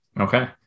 Okay